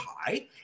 high